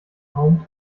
home